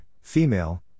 female